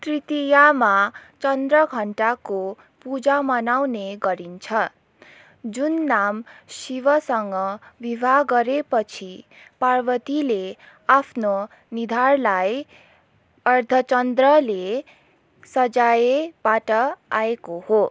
तृतीयामा चन्द्रघन्टाको पूजा मनाउने गरिन्छ जुन नाम शिवसँग विवाह गरेपछि पार्वतीले आफ्नो निधारलाई अर्धचन्द्रले सजाएबाट आएको हो